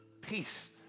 peace